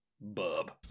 Bub